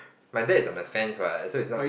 my dad is on the fence what so is not